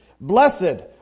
Blessed